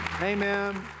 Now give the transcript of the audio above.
Amen